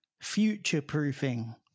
future-proofing